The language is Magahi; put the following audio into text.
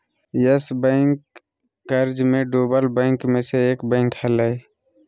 यस बैंक कर्ज मे डूबल बैंक मे से एक बैंक हलय